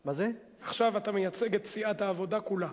עכשיו אתה מייצג את סיעת העבודה כולה.